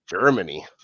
germany